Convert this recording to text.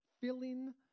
filling